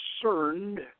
concerned